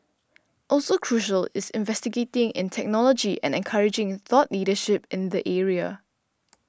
also crucial is investing in technology and encouraging thought leadership in the area